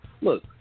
Look